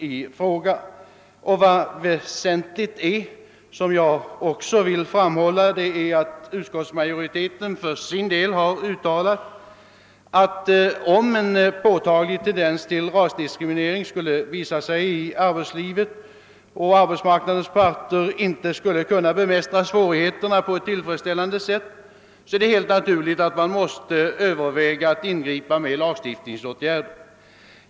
Jag anser det också väsentligt vad utskottsmajoriteten har framhållit, att om en påtaglig tendens till rasdiskriminering skulle visa sig i arbetslivet och arbetsmarknadens parter inte skulle kunna bemästra svårigheterna på ett tillfredsställande sätt måste man överväga att ingripa med lagstiftningsåtgärder.